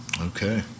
Okay